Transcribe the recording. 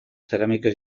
cerámicos